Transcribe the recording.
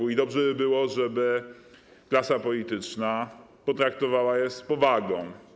I dobrze by było, żeby klasa polityczna potraktowała je z powagą.